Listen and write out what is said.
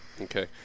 Okay